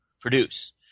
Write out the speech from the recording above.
produce